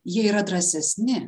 jie yra drąsesni